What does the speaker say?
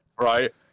right